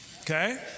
Okay